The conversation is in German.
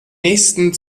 nächsten